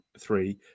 three